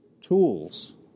tools